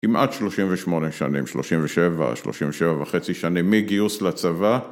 כמעט 38 שנים, 37, 37 וחצי שנים מגיוס לצבא